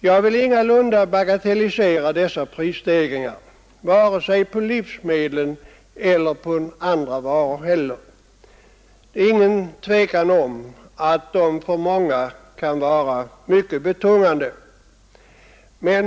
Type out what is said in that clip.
Jag vill ingalunda bagatellisera prisstegringarna vare sig på livsmedlen eller på andra varor. Det är inget tvivel om att de för många kan vara mycket betungande.